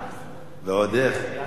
ועוד איך, הסבא גם היה.